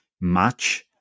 match